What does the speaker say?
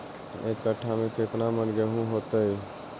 एक कट्ठा में केतना मन गेहूं होतै?